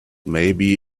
maybe